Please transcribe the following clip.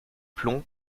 plomb